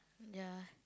ya